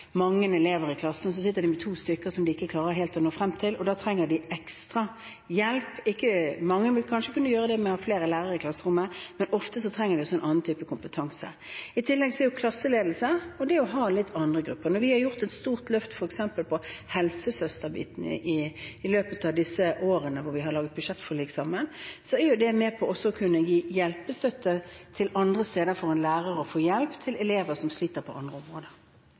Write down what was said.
så sitter de med to elever som de ikke helt klarer å nå frem til. Da trenger de ekstra hjelp. Mange vil kanskje kunne klare det ved ha flere lærere i klasserommet, men ofte trenger de også en annen type kompetanse. I tillegg kommer klasseledelse og det å ha inn litt andre grupper. Det at vi har gjort et stort løft på f.eks. helsesøsterbiten i løpet av de årene vi har laget budsjettforlik sammen, er med på å kunne gi en lærer hjelp og støtte andre steder til elever som sliter på andre områder.